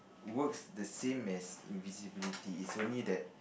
works the same as invisibility it's only that